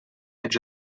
edge